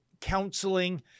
counseling